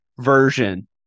version